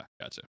gotcha